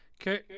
Okay